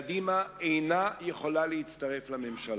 קדימה אינה יכולה להצטרף לממשלה.